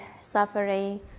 suffering